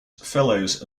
fellows